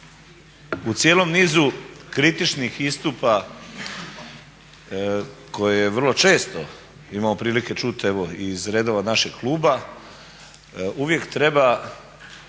U cijelom nizu kritičnih istupa koje vrlo često imamo prilike čuti evo i iz redova našeg kluba uvijek treba,